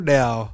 now